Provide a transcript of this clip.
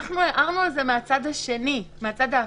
אנחנו הערנו על זה מהצד השני, מהצד ההפוך.